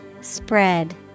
Spread